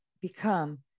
become